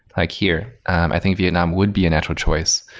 like here. i think vietnam would be a natural choice.